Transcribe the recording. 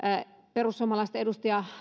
perussuomalaisten edustaja